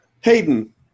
Hayden